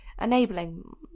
enabling